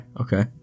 Okay